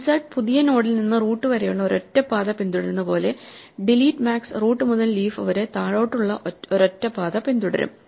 insert പുതിയ നോഡിൽ നിന്ന് റൂട്ട് വരെയുള്ള ഒരൊറ്റ പാത പിന്തുടരുന്ന പോലെ ഡിലീറ്റ് മാക്സ് റൂട്ട് മുതൽ ലീഫ് വരെ താഴോട്ടുള്ള ഒരൊറ്റ പാത പിന്തുടരും